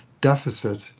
deficit